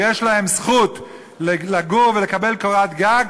ויש להם זכויות לגור ולקבל קורת גג,